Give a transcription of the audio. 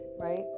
right